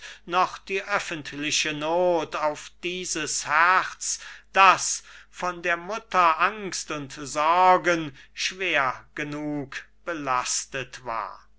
noch die öffentliche noth auf dieses herz das von der mutter angst und sorgen schwer genug belastet war